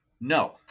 No